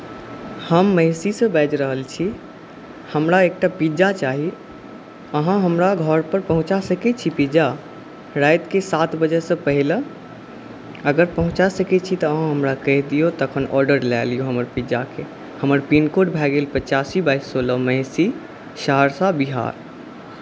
हम मेहिषी सॅं बाजि रहल छी हमरा एकटा पिज्जा चाही अहाँ हमरा घर पर पहुँचा सकै छी पिज्जा रातिकेँ सात बजे सँ पहिले अगर पहुँचा सकै छी तऽ अहाँ हमरा कहि दियौ तखन ऑर्डर लऽ लियौ हमर पिज्जाके हमर पिनकोड भऽ गेल पचासी बाइस सोलह मेहिषी सहरसा बिहार